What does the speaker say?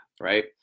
right